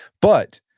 but,